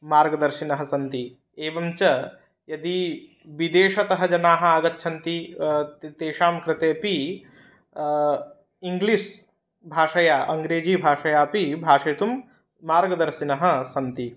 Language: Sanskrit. मार्गदर्शिनः सन्ति एवं च यदि विदेशतः जनाः आगच्छन्ति तेषां कृतेपि इङ्ग्लिस् भाषया अङ्ग्रेजिभाषयापि भाषितुं मार्गदर्शिनः सन्ति